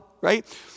right